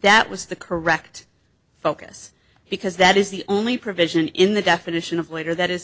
that was the correct focus because that is the only provision in the definition of later that is